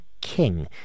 king